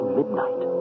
midnight